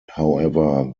however